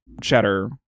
cheddar